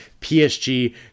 PSG